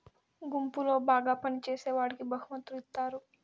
గుంపులో బాగా పని చేసేవాడికి బహుమతులు ఇత్తారు